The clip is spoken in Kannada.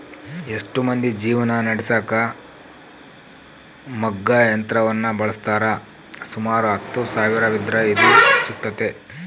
ಎಷ್ಟೊ ಮಂದಿ ಜೀವನ ನಡೆಸಕ ಮಗ್ಗ ಯಂತ್ರವನ್ನ ಬಳಸ್ತಾರ, ಸುಮಾರು ಹತ್ತು ಸಾವಿರವಿದ್ರ ಇದು ಸಿಗ್ತತೆ